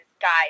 guys